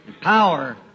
power